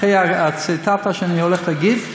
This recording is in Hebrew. אחרי הציטטה שאני הולך להגיד.